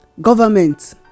government